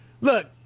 look